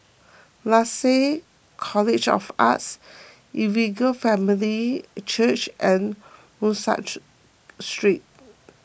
Lasalle College of the Arts Evangel Family Church and Muscat Street